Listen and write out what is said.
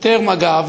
שוטר מג"ב,